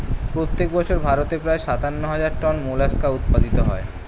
প্রত্যেক বছর ভারতে প্রায় সাতান্ন হাজার টন মোলাস্কা উৎপাদিত হয়